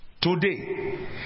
today